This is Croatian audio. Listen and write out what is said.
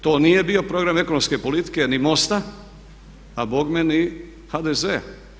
To nije bio program ekonomske politike ni MOST-a a bogme ni HDZ-a.